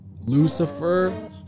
Lucifer